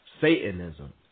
Satanism